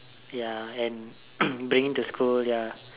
ya and bringing to school ya